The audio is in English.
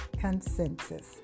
Consensus